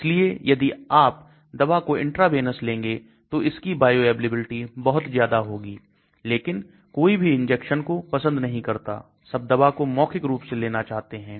इसलिए यदि आप दवा को इंट्रावेनस लेंगे तो इसकी बायोअवेलेबिलिटी बहुत ज्यादा होगी लेकिन कोई भी इंजेक्शन को पसंद नहीं करता है सब दवा को मौखिक रूप से लेना चाहते हैं